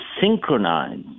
synchronize